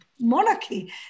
monarchy